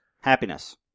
Happiness